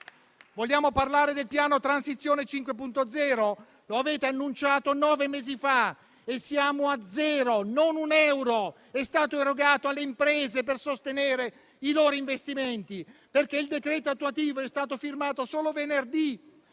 Vogliamo parlare del piano Transizione 5.0? Lo avete annunciato nove mesi fa e siamo a zero. Non un euro è stato erogato alle imprese per sostenere i loro investimenti, perché il decreto attuativo è stato firmato solo venerdì